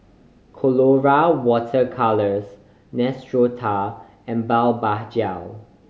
Colora Water Colours Neostrata and Blephagel